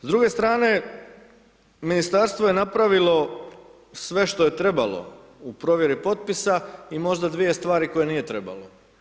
S druge strane, Ministarstvo je napravilo sve što je trebalo u provjeri potpisa, i možda dvije stvari koje nije trebalo.